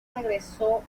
regresó